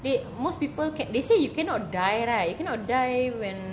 the most people can they say you cannot die right you cannot die when